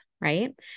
right